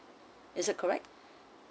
is it correct